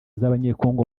z’abanyekongo